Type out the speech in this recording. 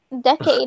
decade